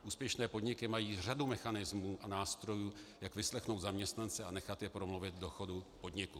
Úspěšné podniky mají řadu mechanismů a nástrojů, jak vyslechnout zaměstnance a nechat je promluvit do chodu podniku.